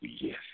yes